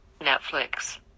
Netflix